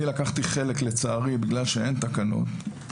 אני לקחתי חלק, לצערי, בגלל שאין תקנות.